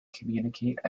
communicate